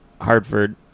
Hartford